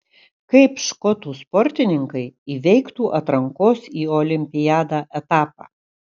kaip škotų sportininkai įveiktų atrankos į olimpiadą etapą